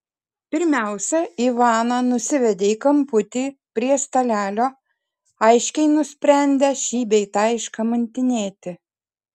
pirmiausia ivaną nusivedė į kamputį prie stalelio aiškiai nusprendę šį bei tą iškamantinėti